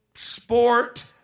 Sport